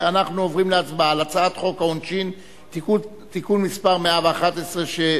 אנחנו עוברים להצבעה על הצעת חוק העונשין (תיקון מס' 111),